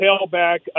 Tailback